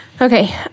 Okay